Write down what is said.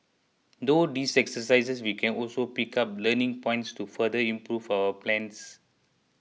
through these exercises we can also pick up learning points to further improve our plans